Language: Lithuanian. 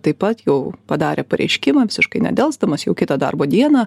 taip pat jau padarė pareiškimą visiškai nedelsdamas jau kitą darbo dieną